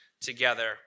together